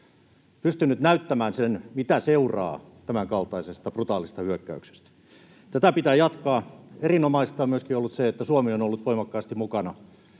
pystynyt näyttämään sen, mitä seuraa tämänkaltaisesta brutaalista hyökkäyksestä. Tätä pitää jatkaa. Erinomaista on ollut myöskin se, että Suomi on ollut voimakkaasti mukana